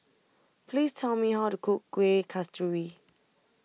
Please Tell Me How to Cook Kuih Kasturi